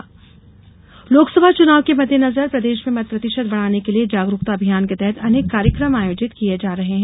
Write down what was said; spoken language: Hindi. मतदाता जागरूकता लोकसभा चुनाव के मददेनजर प्रदेश में मत प्रतिशत बढ़ाने के लिये जागरूकता अभियान के तहत अनेक कार्यक्रम आयोजित किये जा रहे हैं